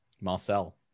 Marcel